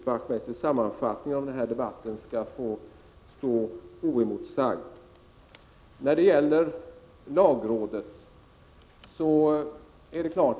Herr talman! Jag tycker inte att Knut Wachtmeisters sammanfattning av debatten skall få stå oemotsagd.